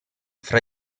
fra